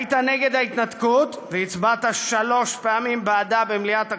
היית נגד ההתנתקות הצבעת שלוש פעמים בעדה במליאת הכנסת.